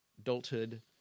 adulthood